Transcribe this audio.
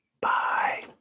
Bye